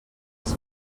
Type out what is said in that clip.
els